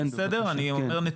אני אומר נתונים.